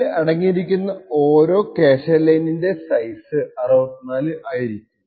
ഇതിൽ അടങ്ങിയിരിക്കുന്ന ഓരോ ക്യാഷെ ലൈനിന്റെ സൈസ് 64 ആയിരിക്കും